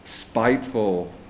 spiteful